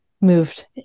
moved